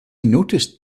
noticed